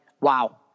Wow